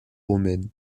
romaine